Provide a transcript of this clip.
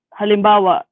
halimbawa